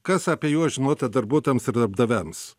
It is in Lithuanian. kas apie juos žinota darbuotojams ir darbdaviams